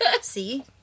See